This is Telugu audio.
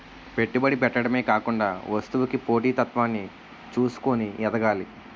పెట్టుబడి పెట్టడమే కాకుండా వస్తువుకి పోటీ తత్వాన్ని చూసుకొని ఎదగాలి